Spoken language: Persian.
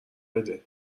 بده